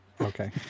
Okay